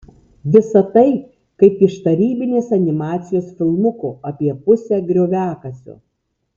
visa tai kaip iš tarybinės animacijos filmuko apie pusę grioviakasio